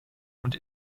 und